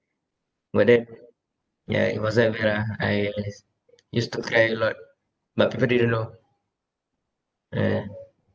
but then yeah it wasn't a bit ah I is used to cry a lot but people didn't know yeah